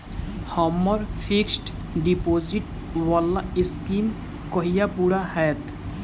हम्मर fixed deposit वला scheme कहिया पूरा हैत?